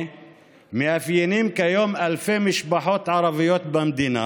מאפיינים כיום אלפי משפחות ערביות במדינה.